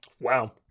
Wow